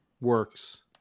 Works